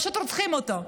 פשוט רוצחים אותו.